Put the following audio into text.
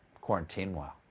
quarantine-while,